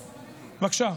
בבקשה.